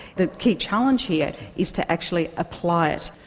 the key challenge here is to actually apply it.